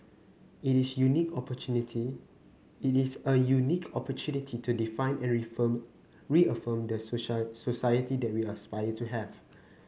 it is unique opportunity it is a unique opportunity to define and reform reaffirm the society that we aspire to have